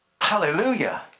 Hallelujah